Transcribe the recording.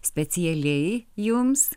specialiai jums